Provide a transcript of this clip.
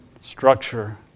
structure